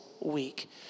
week